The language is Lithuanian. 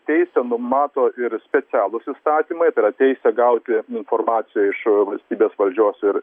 teisę numato ir specialūs įstatymai tai yra teisę gauti informaciją iš valstybės valdžios ir